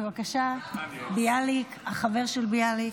בבקשה, החבר של ביאליק.